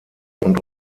und